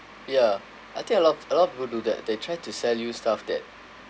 ya I think a lot of a lot of people do that they try to sell you stuff that